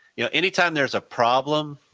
you know, any time there is a problem,